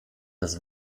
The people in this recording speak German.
des